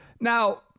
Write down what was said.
Now